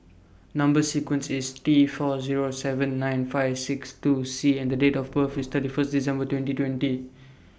Number sequence IS T four Zero seven nine five six two C and Date of birth IS thirty First December twenty twenty